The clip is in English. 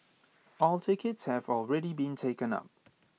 all tickets have already been taken up